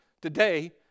Today